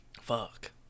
fuck